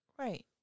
Right